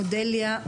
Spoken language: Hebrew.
אודליה.